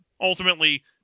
ultimately